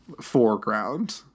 foreground